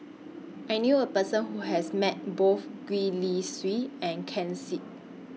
I knew A Person Who has Met Both Gwee Li Sui and Ken Seet